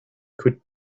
could